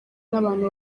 n’abantu